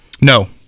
No